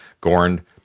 Gorn